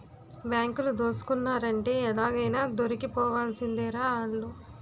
బాంకులు దోసుకున్నారంటే ఎలాగైనా దొరికిపోవాల్సిందేరా ఆల్లు